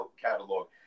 catalog